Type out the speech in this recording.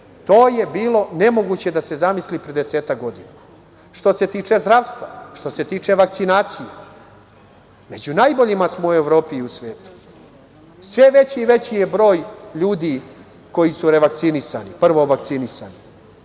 To je bilo nemoguće da se zamisli pre desetak godina. Što se tiče zdravstva, što se tiče vakcinacije, među najboljima smo u Evropi i u svetu. Sve veći je broj ljudi koji su revakcinisani, prvo vakcinisani,